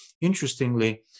interestingly